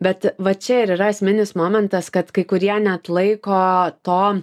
bet va čia ir yra esminis momentas kad kai kurie neatlaiko to